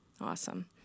awesome